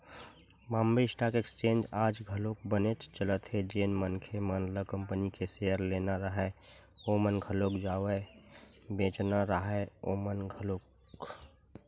Bombay stock exchange आज घलोक बनेच चलत हे जेन मनखे मन ल कंपनी के सेयर लेना राहय ओमन घलोक जावय बेंचना राहय ओमन घलोक